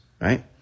Right